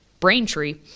Braintree